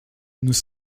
nous